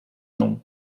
nom